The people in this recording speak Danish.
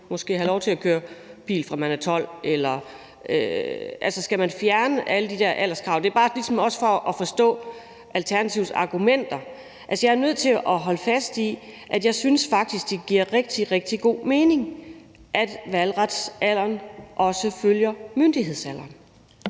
måske have lov til at køre bil, fra man er 12 år? Altså, skal man fjerne alle de der alderskrav? Det er bare ligesom også for at forstå Alternativets argumenter. Jeg er nødt til at holde fast i, at jeg faktisk synes, det giver rigtig, rigtig god mening, at valgretsalderen også følger myndighedsalderen.